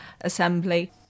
Assembly